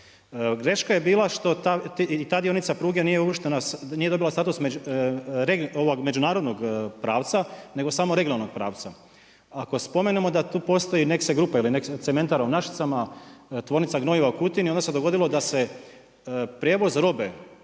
Greška je bila što ta dionica pruge nije dobila status međunarodnog pravca nego samo regionalnog pravca. Ako spomenemo da postoji Nexe Grupe ili cementara u Našicama, Tvornica gnojiva u Kutini onda se dogodilo da se prijevoz robe